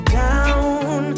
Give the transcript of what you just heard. down